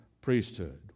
priesthood